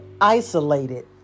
isolated